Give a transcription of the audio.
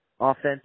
Offense